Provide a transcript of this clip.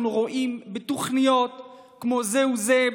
אנחנו רואים בתוכניות כמו זהו זה,